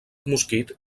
mosquit